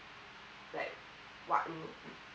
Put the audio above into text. what rule